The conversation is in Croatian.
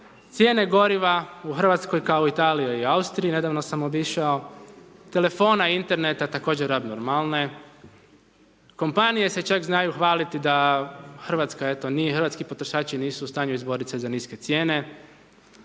cijene goriva u Hrvatskoj kao u Italiji i Austriji, nedavno sam obišao, telefona, interneta, također abnormalne, kompanije se čak znaju hvaliti da Hrvatska nije, eto hrvatski potrošači nisu u stanju izboriti se za niske cijene,